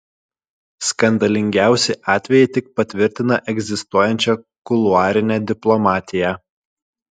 skandalingiausi atvejai tik patvirtina egzistuojančią kuluarinę diplomatiją